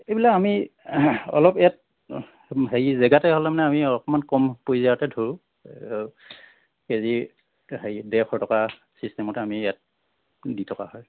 এইবিলাক আমি অলপ ইয়াত হেৰি জেগাতে হ'লে মানে আমি অকণমান কম পৰ্যায়তে ধৰোঁ কেজি হেৰি ডেৰশ টকা চিষ্টেমতে আমি ইয়াত দি থকা হয়